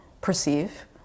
perceive